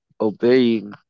obeying